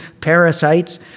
parasites